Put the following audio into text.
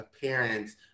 parents